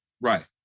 Right